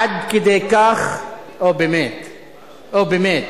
עד כדי כך, אוה, באמת.